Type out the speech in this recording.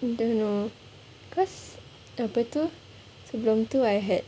don't know cause apa tu sebelum tu I had